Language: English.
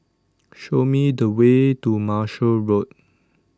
show me the way to Marshall Road